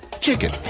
chicken